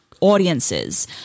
audiences